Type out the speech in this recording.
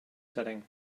setting